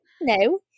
no